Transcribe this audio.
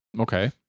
Okay